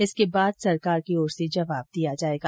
इसके बाद सरकार की ओर से जवाब दिया जाएगा